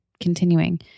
continuing